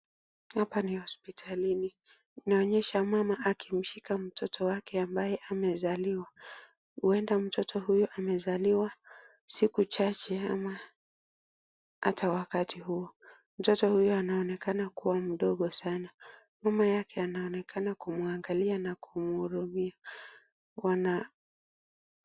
Hapa ni hospitalini. Inaonyesha mama akimshika mtoto wake ambaye amezaliwa. Huenda mtoto huyu amezaliwa siku chache ama ata wakati huo. Mtoto huyu anaonekana kuwa mdogo sana. Mama yake anaonekana kumwangalia na kumhurumia. Wana.